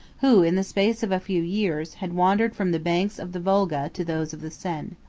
who, in the space of a few years, had wandered from the banks of the volga to those of the seine.